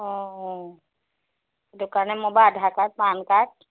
অঁ দোকানৰ মোৰ বাৰু আধাৰ কাৰ্ড পান কাৰ্ড